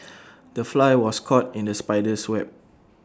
the fly was caught in the spider's web